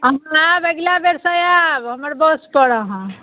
एहिना हिना अगिला बेरसँ आएब हमर बस पर अहाँ